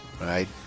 right